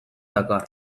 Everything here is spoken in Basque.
dakar